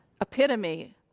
epitome